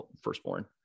firstborn